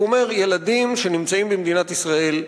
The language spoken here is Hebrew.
והוא אומר: ילדים שנמצאים במדינת ישראל,